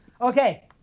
Okay